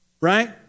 right